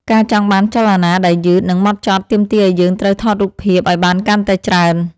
ការចង់បានចលនាដែលយឺត និង ហ្មត់ចត់ទាមទារឱ្យយើងត្រូវថតរូបភាពឱ្យបានកាន់តែច្រើន។